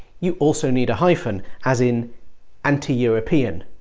you also need a hyphen, as in anti-european